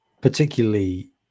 Particularly